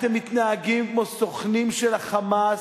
אתם מתנהגים כמו סוכנים של ה"חמאס".